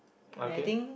okay